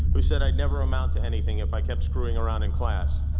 who said i'd never amount to anything if i kept screwing around in class.